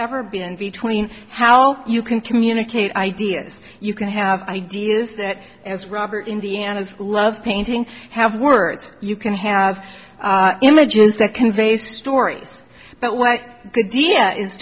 ever been between how you can communicate ideas you can have ideas that as robert indiana's love painting have words you can have images that convey stories but what they d